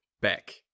back